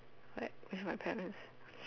like with my parents